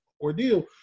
ordeal